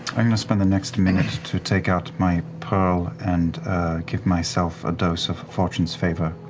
i'm going to spend the next minute to take out my pearl, and give myself a dose of fortune's favor.